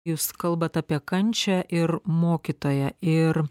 jūs kalbat apie kančią ir mokytoją ir